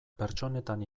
pertsonetan